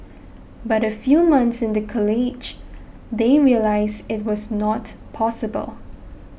but a few months into college they realised it was not possible